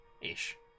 Ish